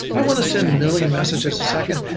i want to send a million messages a second.